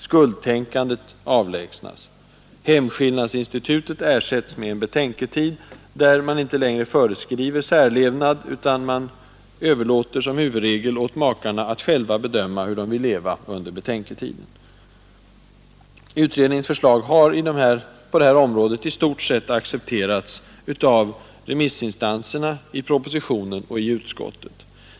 Skuldtänkandet avlä Hemskillnadsinstitutet ersä föreskriver tts med en betänketid, där man inte längre särlevnad, utan som huvudregel överlåter åt makarna att själva bestämma hur de vill leva under betänketiden. Utredningens förslag har på detta område i stort sett accepterats av remissinstanserna, i propositionen och i utskottet.